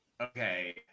Okay